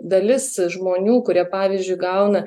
dalis žmonių kurie pavyzdžiui gauna